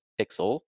Pixel